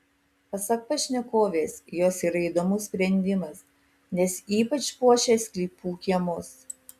pasak pašnekovės jos yra įdomus sprendimas nes ypač puošia sklypų kiemus